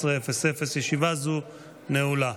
אין מתנגדים, אין נמנעים.